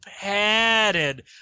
padded